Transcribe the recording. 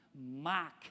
mock